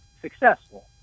successful